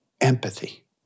empathy